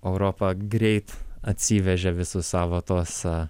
europa greit atsivežė visus savo tuos